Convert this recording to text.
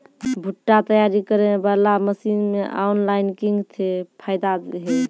भुट्टा तैयारी करें बाला मसीन मे ऑनलाइन किंग थे फायदा हे?